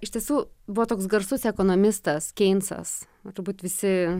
iš tiesų buvo toks garsus ekonomistas keincas turbūt visi